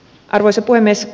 arvoisa puhemies